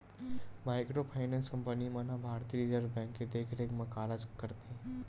micro finance company मन ह भारतीय रिजर्व बेंक के देखरेख म कारज करथे